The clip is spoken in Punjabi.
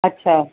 ਅੱਛਾ